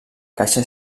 caixa